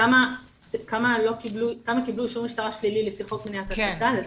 כמה קיבלו אישור משטרה שלילי לפי חוק למניעת העסקה?